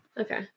Okay